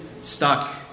stuck